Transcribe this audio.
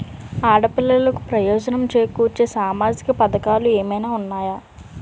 ఆడపిల్లలకు ప్రయోజనం చేకూర్చే సామాజిక పథకాలు ఏమైనా ఉన్నాయా?